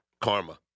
karma